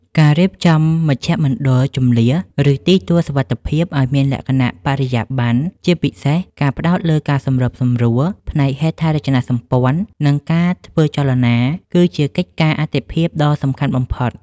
ការរៀបចំមជ្ឈមណ្ឌលជម្លៀស ឬទីទួលសុវត្ថិភាពឱ្យមានលក្ខណៈបរិយាបន្ន ជាពិសេសការផ្ដោតលើការសម្របសម្រួលផ្នែកហេដ្ឋារចនាសម្ព័ន្ធ និងការធ្វើចលនា គឺជាកិច្ចការអាទិភាពដ៏សំខាន់បំផុត